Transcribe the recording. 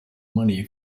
money